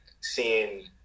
seeing –